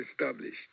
established